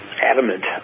adamant